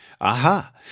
aha